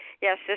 Yes